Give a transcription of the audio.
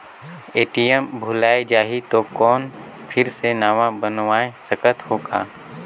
ATM भुलाये जाही तो कौन फिर से नवा बनवाय सकत हो का?